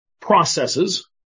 processes